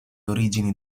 origini